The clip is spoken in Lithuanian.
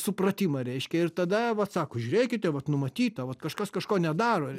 supratimą reiškia ir tada vat sako žiūrėkite vat numatyta vat kažkas kažko nedaro